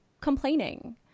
complaining